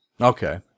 Okay